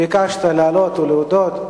ביקשת לעלות ולהודות.